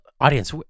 audience